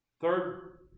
Third